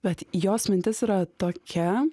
bet jos mintis yra tokia